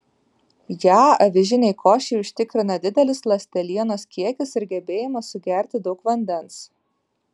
ją avižinei košei užtikrina didelis ląstelienos kiekis ir gebėjimas sugerti daug vandens